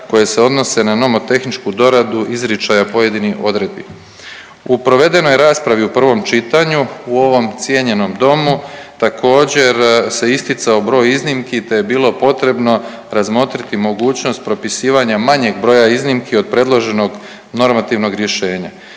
koje se odnose na nomotehničku doradu izričaja pojedinih odredbi. U provedenoj raspravi u prvom čitanju ovom cijenjenom domu također se isticao broj iznimki te je bilo potrebno razmotriti mogućnost propisivanja manjeg broja iznimki od predloženog normativnog rješenja.